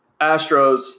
Astros